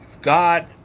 God